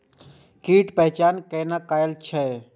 कीटक पहचान कैना कायल जैछ?